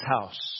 house